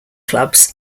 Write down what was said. clubs